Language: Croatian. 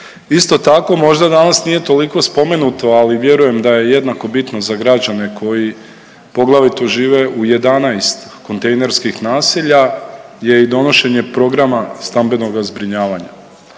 Isto tako možda danas nije toliko spomenuto, ali vjerujem da je jednako bitno za građane koji poglavito žive u 11 kontejnerskih naselja je i donošenje programa stambenoga zbrinjavanja.